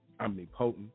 omnipotent